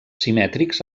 simètrics